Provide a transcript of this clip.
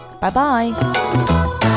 Bye-bye